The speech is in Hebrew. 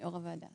יו"ר הוועדה.